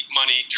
money